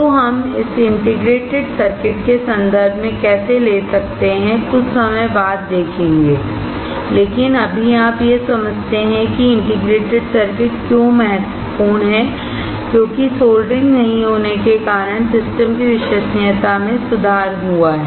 तो हम इसे इंटीग्रेटेड सर्किट के संदर्भ में कैसे ले सकते हैं कुछ समय बाद हम देखेंगे लेकिन अभी आप यह समझते हैं कि इंटीग्रेटेड सर्किट क्यों महत्वपूर्ण हैं क्योंकि सोल्डरिंग नहीं होने के कारण सिस्टम की विश्वसनीयता मे सुधार हुआ है